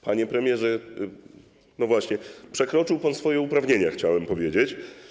Panie premierze, no właśnie, przekroczył pan swoje uprawnienia, chciałem powiedzieć.